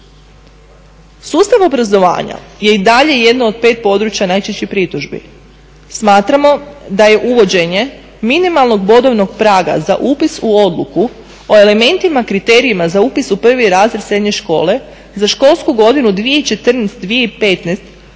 Sustav obrazovanja je i dalje jedno od pet područja najčešćih pritužbi. Smatramo da je uvođenje minimalnog bodovnog praga za upis u odluku o elementima, kriterijima za upis u prvi razred srednje škole za školsku godinu 2014./2015.